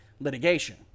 litigation